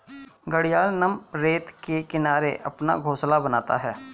घड़ियाल नम रेत के किनारे अपना घोंसला बनाता है